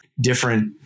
different